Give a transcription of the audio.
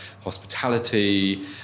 hospitality